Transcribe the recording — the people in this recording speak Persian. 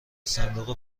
صندوق